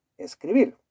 escribir